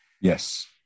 Yes